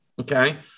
Okay